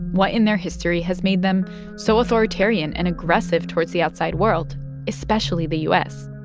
what in their history has made them so authoritarian and aggressive towards the outside world especially the u s?